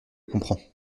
comprends